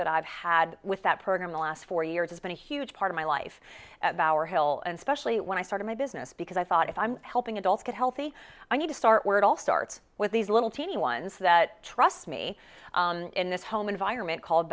that i've had with that program the last four years has been a huge part of my life our hill and specially when i started my business because i thought if i'm helping adults get healthy i need to start where it all starts with these little teeny ones that trust me in this home environment called